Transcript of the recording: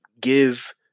give